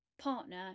partner